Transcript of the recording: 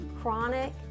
Chronic